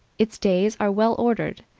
its days are well ordered.